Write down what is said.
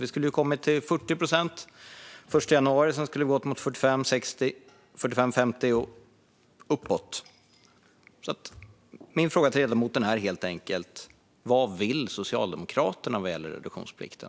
Vi skulle ha kommit till 40 procent den 1 januari. Sedan skulle vi ha gått mot 45, 50 och uppåt. Min fråga till ledamoten är helt enkelt: Vad vill Socialdemokraterna vad gäller reduktionsplikten?